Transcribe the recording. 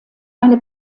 eine